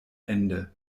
ende